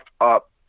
up